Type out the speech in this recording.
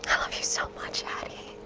love you so much, addie.